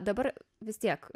dabar vis tiek